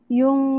yung